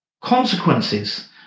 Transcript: consequences